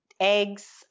Eggs